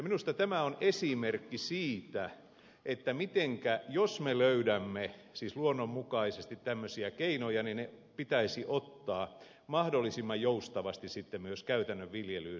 minusta tämä on esimerkki siitä että jos me löydämme luonnonmukaisesti tämmöisiä keinoja ne pitäisi ottaa mahdollisimman joustavasti sitten myös käytännön viljelyyn mukaan